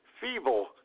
feeble